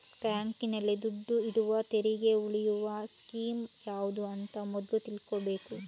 ಬ್ಯಾಂಕಿನಲ್ಲಿ ದುಡ್ಡು ಇಡುವಾಗ ತೆರಿಗೆ ಉಳಿಸುವ ಸ್ಕೀಮ್ ಯಾವ್ದು ಅಂತ ಮೊದ್ಲು ತಿಳ್ಕೊಬೇಕು